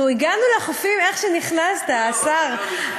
אנחנו הגענו לחופים איך שנכנסת, השר.